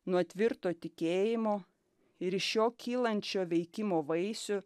nuo tvirto tikėjimo ir iš jo kylančio veikimo vaisių